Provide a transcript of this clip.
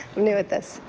new at this.